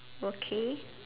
okay